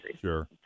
Sure